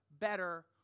better